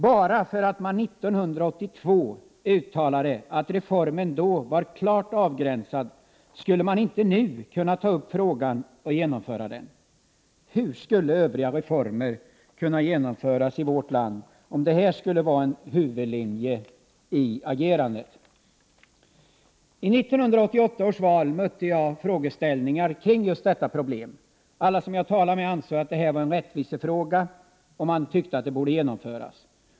Bara därför att man 1982 uttalade att reformen då var klart avgränsad, skulle man inte nu kunna ta upp frågan och genomföra detta förslag. Hur skulle övriga reformer kunna genomföras i vårt land om detta skulle bli en huvudlinje i agerandet? I 1988 års val mötte jag frågeställningar kring detta problem. Alla som jag talade med ansåg detta vara en rättvisefråga och att reformen borde genomföras.